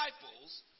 disciples